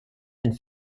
and